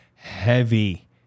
Heavy